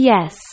Yes